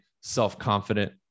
self-confident